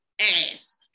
ass